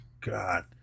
god